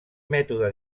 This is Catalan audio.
mètode